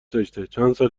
داشته، چندسال